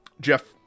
Jeff